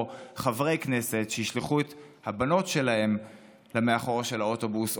או חברי כנסת שישלחו את הבנות שלהם למאחורה של האוטובוס,